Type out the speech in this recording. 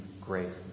grace